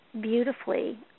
beautifully